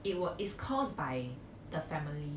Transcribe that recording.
it will is caused by the family